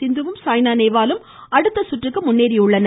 சிந்துவும் சாய்னா நேவாலும் அடுத்த சுற்றுக்கு முன்னேறியுள்ளனர்